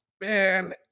Man